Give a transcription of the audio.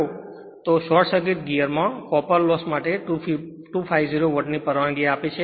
જો સમસ્યા પર ધ્યાન આપો કે શોર્ટ સર્કિટ ગિઅરમાં કોપર લોસ માટે 250 વોટની પરવાનગી આપે છે